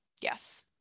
Yes